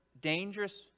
dangerous